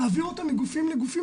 להעביר אותם מגופים לגופים.